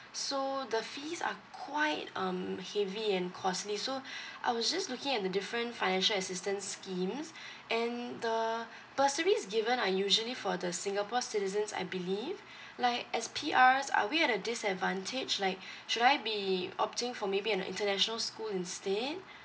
so the fees are quite um heavy and costly so I was just looking at the different financial assistance schemes and the tour bursaries given are usually for the singapore citizens I believe like as P_R's are we at a disadvantage like should I be opting for maybe an international school instead